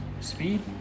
Speed